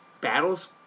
battles